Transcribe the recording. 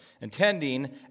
intending